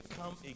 come